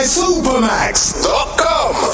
supermax.com